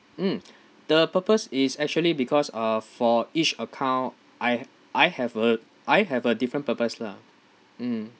mm the purpose is actually because uh for each account I I have a I have a different purpose lah mm